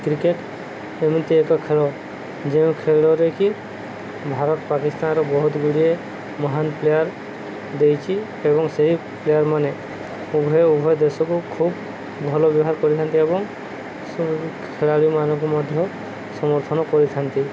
cricket ଏମିତି ଏକ ଖେଳ ଯେଉଁ ଖେଳରେ କିି ଭାରତ ପାକିସ୍ତାନର ବହୁତ ଗୁଡ଼ିଏ ମହାନ ପ୍ଲେୟାର୍ ଦେଇଛି ଏବଂ ସେହି ପ୍ଲେୟାର୍ମାନେ ଉଭୟ ଉଭୟ ଦେଶକୁ ଖୁବ୍ ଭଲ ବ୍ୟବହାର କରିଥାନ୍ତି ଏବଂ ଖେଳାଳିମାନଙ୍କୁ ମଧ୍ୟ ସମର୍ଥନ କରିଥାନ୍ତି